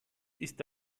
ist